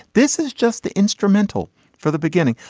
this is just the instrumental for the beginning.